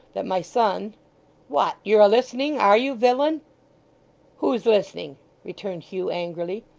that my son what, you're a-listening are you, villain who's listening returned hugh angrily.